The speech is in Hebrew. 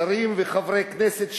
שרים וחברי כנסת,